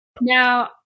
Now